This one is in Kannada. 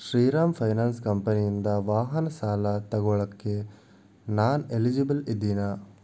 ಶ್ರೀರಾಂ ಫೈನಾನ್ಸ್ ಕಂಪೆನಿಯಿಂದ ವಾಹನ ಸಾಲ ತೊಗೊಳಕ್ಕೆ ನಾನು ಎಲಿಜಿಬಲ್ ಇದ್ದೀನಾ